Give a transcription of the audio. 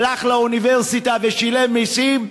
הלך לאוניברסיטה ושילם מסים.